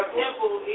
temple